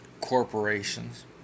corporations